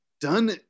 done